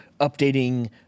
updating